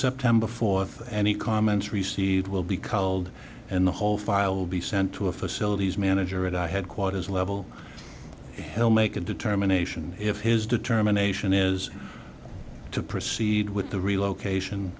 september fourth any comments received will be call'd and the whole file will be sent to a facilities manager at our headquarters level hell make a determination if his determination is to proceed with the relocation